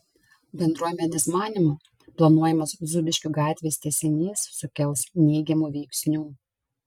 bendruomenės manymu planuojamas zūbiškių gatvės tęsinys sukels neigiamų veiksnių